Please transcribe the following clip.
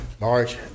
March